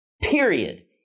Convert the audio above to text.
Period